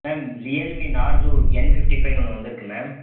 ma'am Realme Narzo N fifty ஃபைவ்ன்னு ஒன்று வந்துருக்கு மேம்